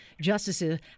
justices